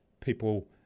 people